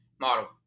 model